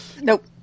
Nope